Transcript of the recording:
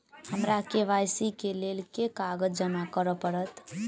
हमरा के.वाई.सी केँ लेल केँ कागज जमा करऽ पड़त?